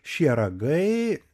šie ragai